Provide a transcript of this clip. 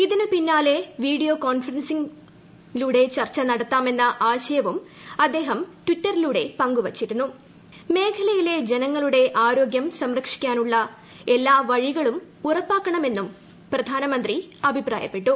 ഇതിനു പിന്നാലെ വീഡിയോ കോൺഫറൻസിംഗിലൂടെ ചർച്ച നടത്താമെന്ന ആശയവും അദ്ദേഹം ട്വിറ്ററിലൂടെ പങ്കു വച്ചിരുന്നു മേഖലയിലെ ജനങ്ങളുടെ ആരോഗ്യം സംരക്ഷിക്കാനുള്ള എല്ലാ വഴികളും ഉറപ്പാക്കണമെന്നും പ്രധാനമന്ത്രി അഭിപ്രായപ്പെട്ടു